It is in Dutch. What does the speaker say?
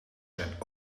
zijn